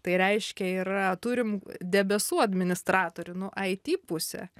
tai reiškia yra turim debesų administratorių nu it pusė